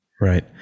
right